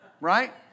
Right